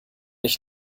ich